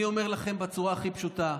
אני אומר לכם בצורה הכי פשוטה: